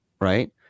right